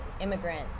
immigrant